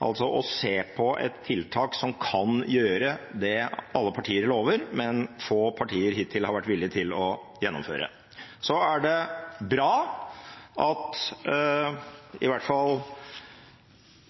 altså å se på et tiltak som kan gjøre det alle partier lover, men få partier hittil har vært villig til å gjennomføre. Så er det bra at i hvert fall